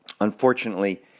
Unfortunately